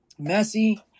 Messi